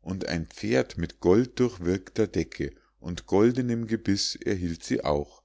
und ein pferd mit golddurchwirkter decke und goldenem gebiß erhielt sie auch